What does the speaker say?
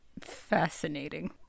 Fascinating